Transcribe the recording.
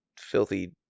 filthy